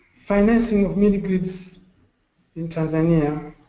financing of mini grids in tanzania